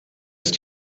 ist